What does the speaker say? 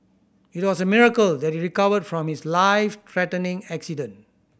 it was a miracle that he recovered from his life threatening accident